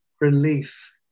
Relief